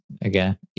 again